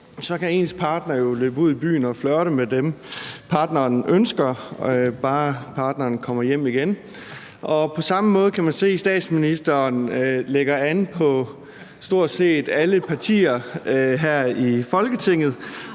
kan ens partner jo løbe ud i byen og flirte med dem, partneren ønsker, bare partneren kommer hjem igen. Og på samme måde kan man se, at statsministeren lægger an på stort set alle partier her i Folketinget.